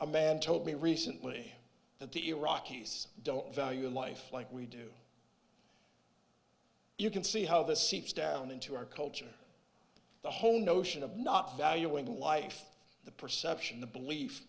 a man told me recently that the iraqis don't value life like we do you can see how this seeps down into our culture the whole notion of not valuing life the perception the belief